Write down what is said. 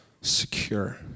secure